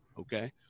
Okay